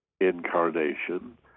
incarnation